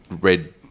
red